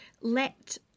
let